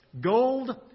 gold